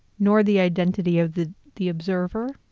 nor the identity of the the observer.